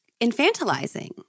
infantilizing